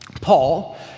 Paul